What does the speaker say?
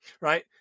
right